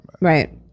Right